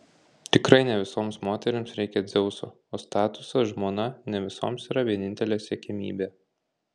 tikrai ne visoms moterims reikia dzeuso o statusas žmona ne visoms yra vienintelė siekiamybė